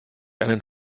einen